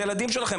אלה הילדים שלכם.